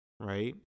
Right